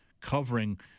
covering